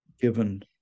given